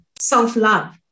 self-love